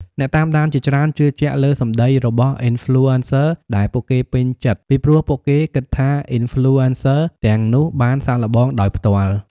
អ្នកតាមដានជាច្រើនជឿជាក់លើសម្ដីរបស់ អុីនផ្លូអេនសឹ ដែលពួកគេពេញចិត្ត ពីព្រោះពួកគេគិតថា អុីនផ្លូអេនសឹ ទាំងនោះបានសាកល្បងដោយផ្ទាល់។